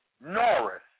Norris